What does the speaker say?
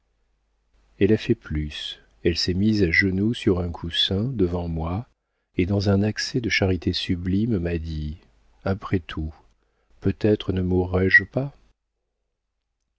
elle a fait plus elle s'est mise à genoux sur un coussin devant moi et dans un accès de charité sublime m'a dit après tout peut-être ne mourrai je pas